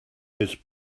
his